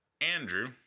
Andrew